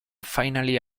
finally